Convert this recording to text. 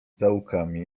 zaułkami